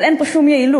אבל אין פה שום יעילות.